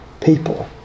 people